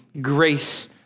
grace